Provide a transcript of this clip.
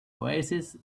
oasis